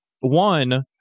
one